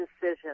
decision